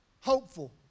hopeful